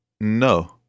No